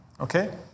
Okay